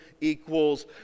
equals